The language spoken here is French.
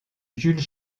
jules